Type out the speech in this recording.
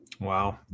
wow